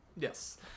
Yes